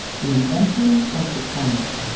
the invention of the camera.